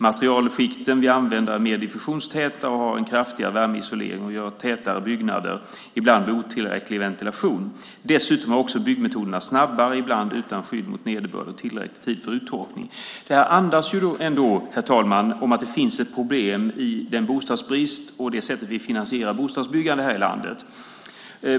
Materialskikten som vi använder är tätare och har en kraftigare värmeisolering, och vi gör tätare byggnader, ibland med otillräcklig ventilation. Dessutom är byggmetoderna snabbare, ibland utan skydd mot nederbörd och inte tillräcklig tid för uttorkning. Detta andas ändå att det finns ett problem när det gäller bostadsbrist och det sätt som vi finansierar bostadsbyggande här i landet.